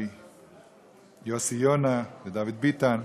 יוסי יונה ודוד ביטן.